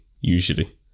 usually